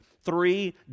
three